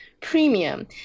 Premium